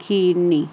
खीरनी